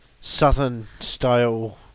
Southern-style